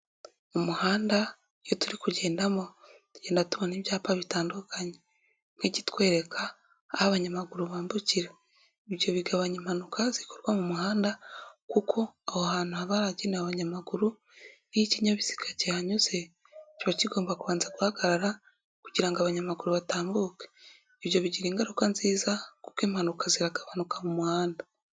Umuhanda iyo turi kugendamo tugenda tubona ibyapa bitandukanye nk'ikitwereka aho abanyamaguru bambukira, ibyo bigabanya impanuka zikorwa mu muhanda kuko aho hantu haba haragenewe abanyamaguru nk'iyo ikinyabiziga kihanyuze kiba kigomba kubanza guhagarara kugira ngo abanyamaguru batambuke, ibyo bigira ingaruka nziza kuko impanuka ziragabanuka mu muhanda.